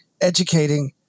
educating